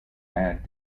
add